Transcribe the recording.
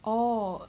orh